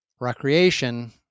recreation